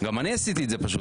גם אני עשיתי את זה.